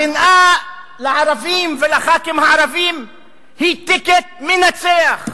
השנאה לערבים ולחברי הכנסת הערבים היא "טיקט" מנצח.